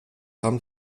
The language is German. haben